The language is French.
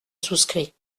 souscris